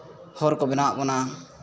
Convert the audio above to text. ᱦᱚᱨ ᱠᱚ ᱵᱮᱱᱟᱣᱟᱜ ᱵᱚᱱᱟ